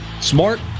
smart